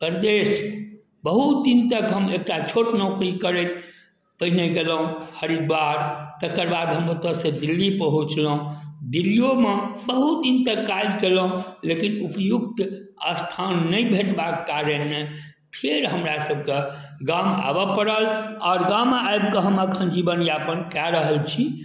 परदेस बहुत दिनतक हम एकटा छोट नौकरी करैत पहिने गेलहुँ हरिद्वार तकरबाद हम ओतऽसँ दिल्ली पहुँचलहुँ दिल्लिओमे बहुत दिनतक काज कएलहुँ लेकिन उपयुक्त अस्थान नहि भेटबाके कारणे फेर हमरासभके गाम आबऽ पड़ल आओर गाममे आबिकऽ हम एखन जीवनयापन कऽ रहल छी